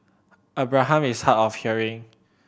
Abraham is hard of hearing